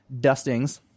dustings